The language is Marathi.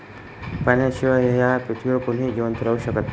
पाण्याशिवाय या पृथ्वीवर कोणीही जिवंत राहू शकत नाही